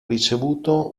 ricevuto